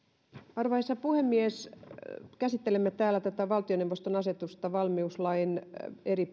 arvoisa puhemies käsittelemme täällä valtioneuvoston asetusta valmiuslain eri